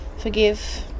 forgive